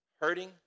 hurting